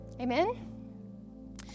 Amen